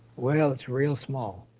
well, it's real small.